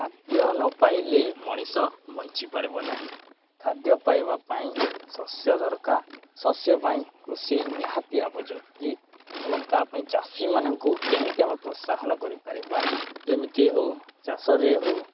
ଖାଦ୍ୟ ନ ପାଇଲେ ମଣିଷ ବଞ୍ଚିପାରିବ ନାହିଁ ଖାଦ୍ୟ ପାଇବା ପାଇଁ ଶସ୍ୟ ଦରକାର ଶସ୍ୟ ପାଇଁ କୃଷି ନିହାତି ଏବଂ ତା' ପାଇଁ ଚାଷୀମାନଙ୍କୁ କେମିତି ଆମେ ପ୍ରୋତ୍ସାହନ କରିପାରିବା ଯେମିତି ହଉ ଚାଷରେ ହଉ